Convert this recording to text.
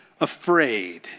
afraid